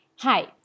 Hi